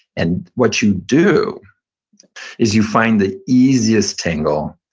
and what you do is you find the easiest tangle,